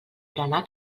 berenar